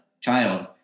child